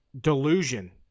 delusion